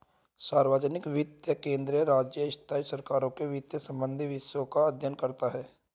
सार्वजनिक वित्त केंद्रीय, राज्य, स्थाई सरकारों के वित्त संबंधी विषयों का अध्ययन करता हैं